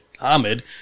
Ahmed